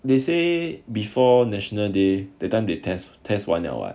they say before national day that time they test test [one] 了 [what]